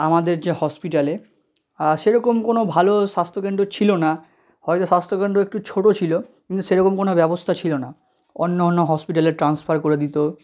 আমাদের যে হসপিটালে সেরকম কোনো ভালো স্বাস্থ্যকেন্দ্র ছিল না হয়তো স্বাস্থ্যকেন্দ্র একটু ছোটো ছিলো কিন্তু সেরকম কোনো ব্যবস্তা ছিলো না অন্য অন্য হসপিটালে ট্রান্সফার করে দিতো